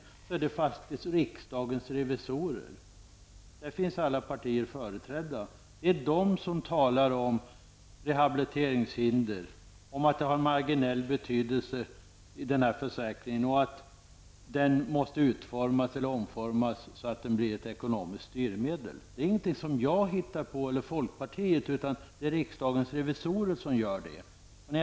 Det är faktiskt riksdagens revisorer -- där alla partier finns företrädda -- som talar om rehabiliteringshinder, om att rehabilitering har marginell betydelse i denna försäkring och om att försäkringen måste omformas så att den blir ett ekonomiskt styrmedel. Det är ingenting som jag eller folkpartiet har hittat på, utan det är ett uttalande från riksdagens revisorer.